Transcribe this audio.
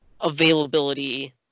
availability